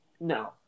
No